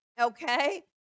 Okay